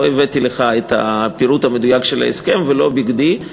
לא הבאתי לך את הפירוט המדויק של ההסכם, ולא בכדי.